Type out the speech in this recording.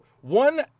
One